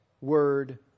Word